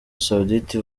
saoudite